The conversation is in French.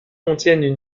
contiennent